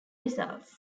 results